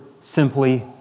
simply